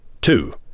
Two